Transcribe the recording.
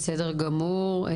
בסדר גמור.